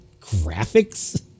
Graphics